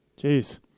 Jeez